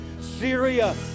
Syria